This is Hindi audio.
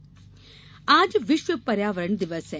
पर्यावरण दिवस आज विश्व पर्यावरण दिवस है